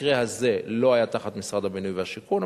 המקרה הזה לא היה תחת משרד הבינוי והשיכון,